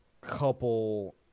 couple